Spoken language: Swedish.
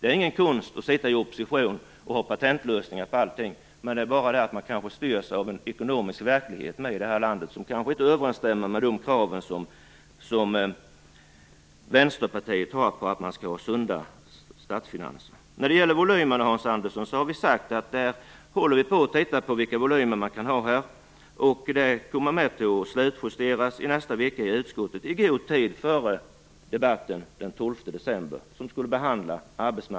Det är ingen konst att sitta i opposition och ha patentlösningar på allting, men i det här landet styrs vi också av en ekonomisk verklighet som kanske inte överensstämmer med de krav som Vänsterpartiet har på att statsfinanserna skall vara sunda.